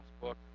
book